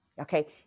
okay